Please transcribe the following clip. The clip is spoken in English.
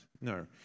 No